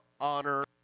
honor